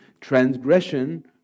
Transgression